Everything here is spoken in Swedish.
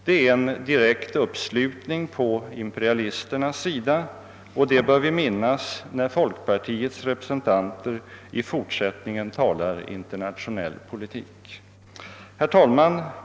Det är en direkt uppslutning på imperialisternas sida, och det bör vi minnas när folkpartiets representanter i fortsättningen talar internationell politik. Herr talman!